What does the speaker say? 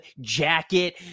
jacket